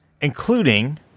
including